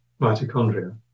mitochondria